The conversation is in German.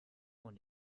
und